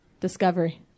discovery